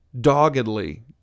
doggedly